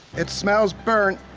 it smells burnt,